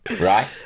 Right